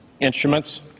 instruments